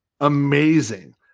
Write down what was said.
amazing